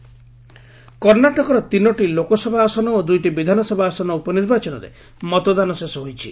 Karnataka bypoll କର୍ଷ୍ଣାଟକର ତିନୋଟି ଲୋକସଭା ଆସନ ଓ ଦୁଇଟି ବିଧାନସଭା ଆସନ ଉପନିର୍ବାଚନରେ ମତଦାନ ଶେଷ ହୋଇଛି